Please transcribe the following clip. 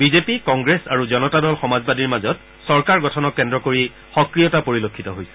BJP Congress আৰু জনতা দল সমাজবাদীৰ মাজত চৰকাৰ গঠনক কেন্দ্ৰ কৰি সক্ৰিয়তা পৰিলক্ষিত হৈছে